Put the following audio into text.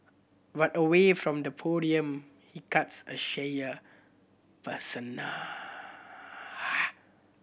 but away from the podium he cuts a shyer persona